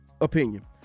opinion